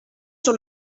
sur